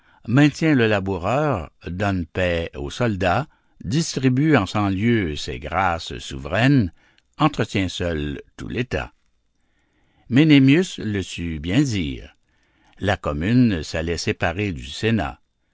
maintient le laboureur donne paye au soldat distribue en cent lieux ses grâces souveraines entretient seule tout l'état ménénius le sut bien dire la commune s'allait séparer du sénat